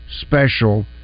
special